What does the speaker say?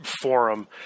forum